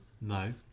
No